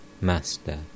Master